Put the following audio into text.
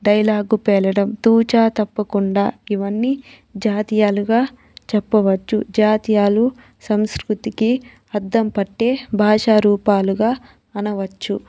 dialogue పేలడం తూచా తప్పకుండా ఇవన్నీ జాతీయాలుగా చెప్పవచ్చు జాతీయాలు సంస్కృతికి అద్దం పట్టే భాషా రూపాలుగా అనవచ్చు